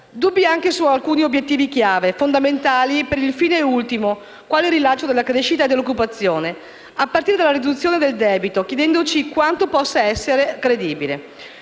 anche su alcuni obiettivi chiave, fondamentali per il fine ultimo, quale il rilancio della crescita e dell'occupazione, a partire dalla riduzione del debito, chiedendoci quanto possa essere credibile.